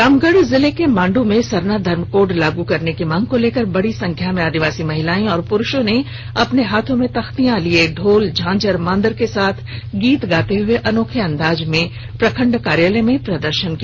रामगढ जिले के मांडू में सरना धर्म कोड लागू करने की मांग को लेकर बड़ी संख्या में आदिवासी महिलाएं और पुरुषों ने अपने अपने हाथों में तख्तियां लिए ढोल झांझर और मांदर के साथ गीत गाते हुए अनोखे अंदाज में प्रखंड कार्यालय में प्रदर्शन किया